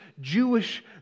Jewish